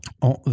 en